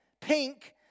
Pink